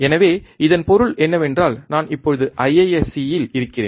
எனவே இதன் பொருள் என்னவென்றால் நான் இப்போது IIScயில் இருக்கிறேன்